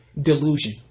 delusion